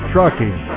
Trucking